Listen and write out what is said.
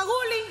קראו לי,